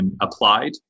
applied